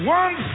one